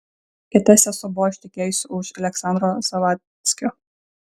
kita sesuo buvo ištekėjusi už aleksandro zavadckio